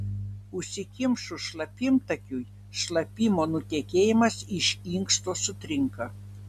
užsikimšus šlapimtakiui šlapimo nutekėjimas iš inksto sutrinka